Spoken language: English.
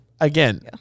again